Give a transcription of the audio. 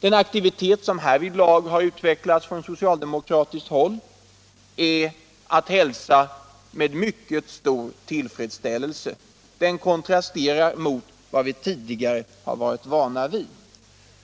Den aktivitet som härvidlag har utvecklats från socialdemokratiskt håll är att hälsa med mycket stor tillfredsställelse. Den kontrasterar mot vad vi tidigare har varit vana vid.